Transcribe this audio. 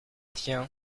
tiens